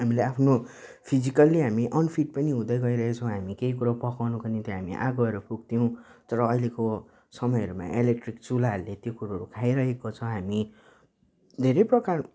हामीले आफ्नो फिजिकल्ली हामी अनफिट पनि हुँदै गइरहेछौँ हामी केही कुरो पकाउनुको निम्ति हामी आगोहरू फुक्थ्यौँ तर अहिलेको समयहरूमा इलेक्ट्रिक चुलाहरूले त्यो कुरोहरू खाइरहेको छ हामी धेरै प्रकार